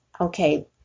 okay